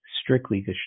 strictly